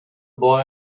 boy